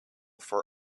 for